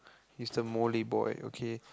he's the moley boy okay